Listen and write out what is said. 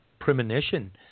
premonition